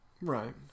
Right